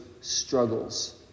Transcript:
struggles